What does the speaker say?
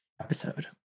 episode